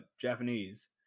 Japanese